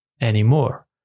anymore